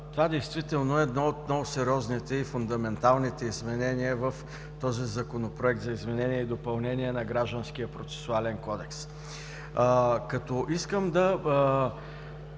е едно от много сериозните и фундаментални изменения в този Законопроект за изменение и допълнение на Гражданския процесуален кодекс, като искам да